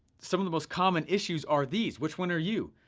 some of the most common issues are these, which one are you?